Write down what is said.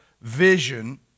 vision